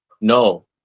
no